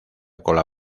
cola